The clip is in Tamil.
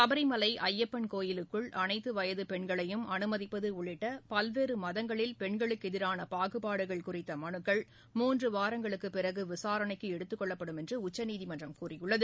சபரிமலை ஐயப்பன் கோவிலுக்குள் அனைத்து வயது பெண்களையும் அனுமதிப்பது உள்ளிட்ட பல்வேறு மதங்களில் பெண்களுக்கு எதிரான பாகுபாடுகள் குறித்த மனுக்கள் மூன்று வாரங்களுக்குப் பின் விசாரணைக்கு எடுத்துக் கொள்ளப்படும் என்று உச்சநீதிமன்றம் கூறியுள்ளது